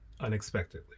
unexpectedly